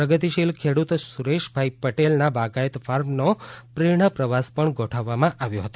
પ્રગતિશીલ ખેડૂત સુરેશભાઇ પટેલના બગાયત ફાર્મનો પ્રેરણા પ્રવાસ પણ ગોઠવવામાં આવ્યો હતો